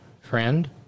friend